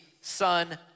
son